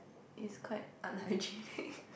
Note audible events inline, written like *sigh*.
is quite unhygienic *laughs*